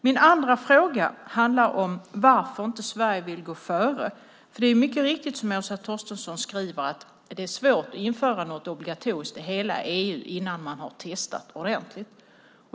Min andra fråga handlar om varför Sverige inte vill gå före. Det är mycket riktigt som Åsa Torstensson skriver att det är svårt att införa något obligatoriskt i hela EU innan man har testat ordentligt.